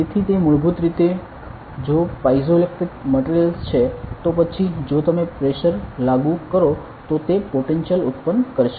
તેથી તે મૂળભૂત રીતે જો પાઇઝોઇલેક્ટ્રિક મટેરિયલ્સ છે તો પછી જો તમે પ્રેશર લાગુ કરો તો તે પોટેન્શિયલ ઉત્પન્ન કરશે